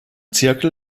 zirkel